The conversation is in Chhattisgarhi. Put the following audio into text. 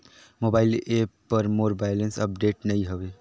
मोबाइल ऐप पर मोर बैलेंस अपडेट नई हवे